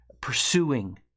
pursuing